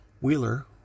Wheeler